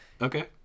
Okay